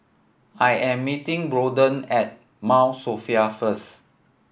I am meeting Braedon at Mount Sophia first